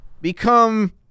become